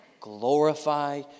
Glorify